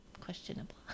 Questionable